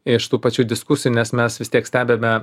iš tų pačių diskusijų nes mes vis tiek stebime